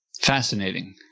Fascinating